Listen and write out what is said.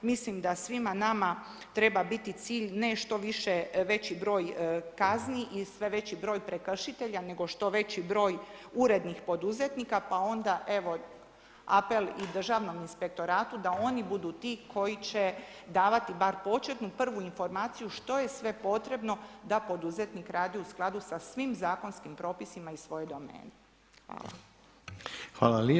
Mislim da svima nama treba biti cilj ne što više, veći broj kazni i sve veći broj prekršitelja nego što veći broj urednih poduzetnika, pa onda evo onda i apel državnom inspektoratu da oni budu ti koji će davati bar početnu, prvu informaciju što je sve potrebno da poduzetnik radi u skladu sa svim zakonskim propisima iz svoje domene.